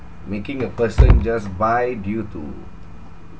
making a person just buy due to